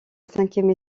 cinquième